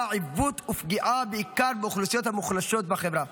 עיוות ופגיעה בעיקר באוכלוסיות המוחלשות בחברה,